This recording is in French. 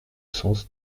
sens